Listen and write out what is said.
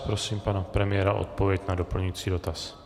Prosím pana premiéra o odpověď na doplňující dotaz.